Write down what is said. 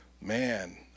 man